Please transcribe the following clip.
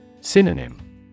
Synonym